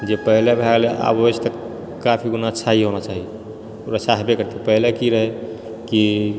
जे पहिले भए गेलै आब ओहिसँ तऽ काफी गुणा अच्छा ही होना चाही ओ अच्छा हेबे करतै पहिले की रहै कि